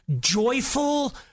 joyful